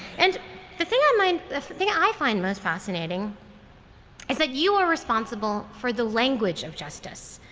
and the thing i mean thing i find most fascinating is that you are responsible for the language of justice,